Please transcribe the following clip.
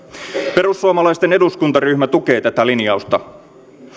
perussuomalaisten eduskuntaryhmä tukee tätä linjausta